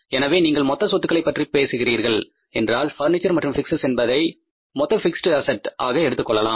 எனவே நீங்கள் மொத்த சொத்துக்களை பற்றி பேசுகிறீர்கள் என்றால் பர்னிச்சர் மற்றும் பிக்சர்ஸ் என்பதை மொத்த பிக்ஸ்ட் அஸெட்ஸ்ஆக எடுத்துக்கொள்ளலாம்